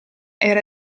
era